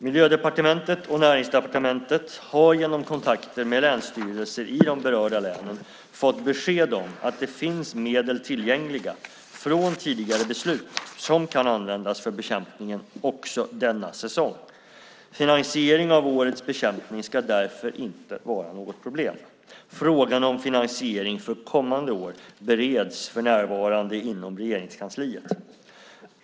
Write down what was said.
Miljödepartementet och Näringsdepartementet har genom kontakter med länsstyrelserna i de berörda länen fått besked om att det finns medel tillgängliga från tidigare beslut som kan användas för bekämpningen också denna säsong. Finansieringen av årets bekämpning ska därför inte vara något problem. Frågan om finansiering för kommande år bereds för närvarande inom Regeringskansliet.